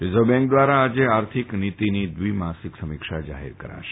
reserve bank દ્વારા આજે આર્થિક નીતિની દ્વિમાસિક સમીક્ષા જાહેર કરાશે